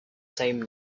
same